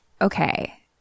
okay